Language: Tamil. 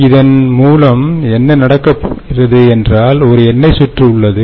எனவே இதன் மூலம் என்ன நடக்கிறது என்றால் ஒரு எண்ணெய் சுற்று உள்ளது